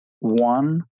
one